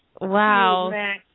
Wow